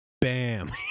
Bam